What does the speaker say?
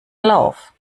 lauf